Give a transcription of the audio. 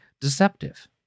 deceptive